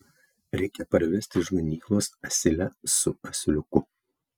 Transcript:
reikia parvesti iš ganyklos asilę su asiliuku